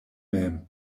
mem